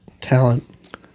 talent